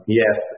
yes